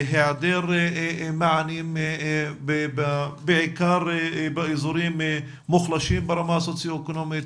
היעדר מענים בעיקר באזורים מוחלשים ברמה הסוציו אקונומית,